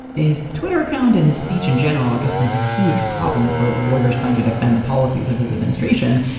his twitter account and his speech in general are just kind of a huge problem for the lawyers trying to defend the policies of his administration.